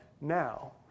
now